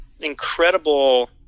incredible